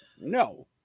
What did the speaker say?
No